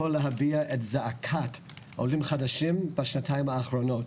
להביע את זעקת העולים החדשים בשנתיים האחרונות,